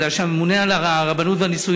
מפני שהממונה על הרבנות והנישואים,